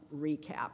recap